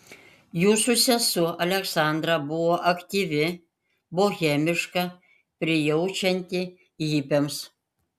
jūsų sesuo aleksandra buvo aktyvi bohemiška prijaučianti hipiams